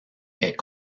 est